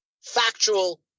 factual